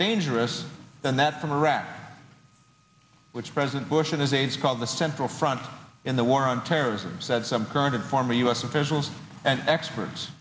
dangerous than that from iraq which president bush and his aides call the central front in the war on terrorism said some current and former u s officials and experts